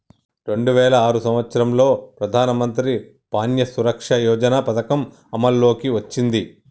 రెండు వేల ఆరు సంవత్సరంలో ప్రధానమంత్రి ప్యాన్య సురక్ష యోజన పథకం అమల్లోకి వచ్చింది